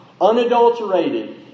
unadulterated